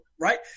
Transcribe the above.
right